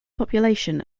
population